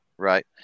Right